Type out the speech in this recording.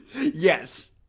Yes